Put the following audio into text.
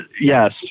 Yes